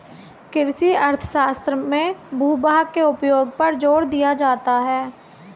कृषि अर्थशास्त्र में भूभाग के उपयोग पर जोर दिया जाता है